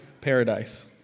paradise